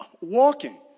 walking